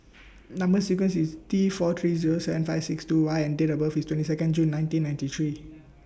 Number sequence IS T four three Zero seven five six two Y and Date of birth IS twenty Second June nineteen ninety three